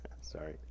Sorry